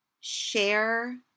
share